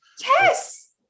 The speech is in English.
yes